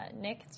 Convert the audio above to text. Nick